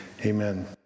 Amen